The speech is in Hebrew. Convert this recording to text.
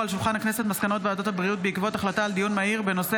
מסקנות ועדת הבריאות בעקבות דיון מהיר בהצעתו של חבר הכנסת